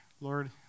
Lord